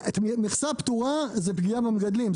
מכסה פטורה זה פגיעה במגדלים.